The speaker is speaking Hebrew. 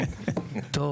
טוב